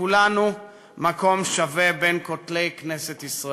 לכולנו מקום שווה בין כותלי כנסת ישראל.